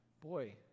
Boy